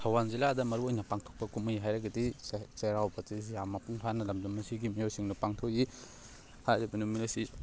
ꯊꯧꯕꯥꯜ ꯖꯤꯜꯂꯥꯗ ꯃꯔꯨ ꯑꯣꯏꯅ ꯄꯥꯡꯊꯣꯛꯄ ꯀꯨꯝꯍꯩ ꯍꯥꯏꯔꯒꯗꯤ ꯆꯩꯔꯥꯎꯕꯗꯨꯁꯨ ꯌꯥꯝ ꯃꯄꯨꯡ ꯐꯥꯅ ꯂꯝꯗꯝꯁꯤꯒꯤ ꯃꯤꯑꯣꯏꯁꯤꯡꯅ ꯄꯥꯡꯊꯣꯛꯏ ꯍꯥꯏꯔꯤꯕ ꯅꯨꯃꯤꯠ ꯑꯁꯤ